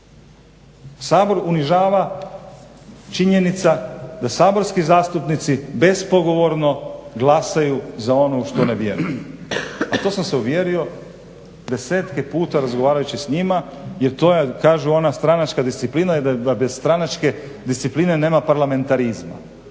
Sabor unižava činjenica da saborski zastupnici bespogovorno glasaju za ono u što ne vjeruju. A to sam se uvjerio desetke puta razgovarajući s njima jer to je kažu ona stranačka disciplina da bez stranačke discipline nema parlamentarizma.